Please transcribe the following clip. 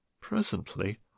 Presently